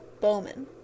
bowman